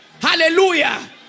Hallelujah